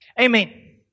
Amen